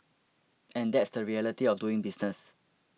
and that's the reality of doing business